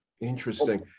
interesting